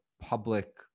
public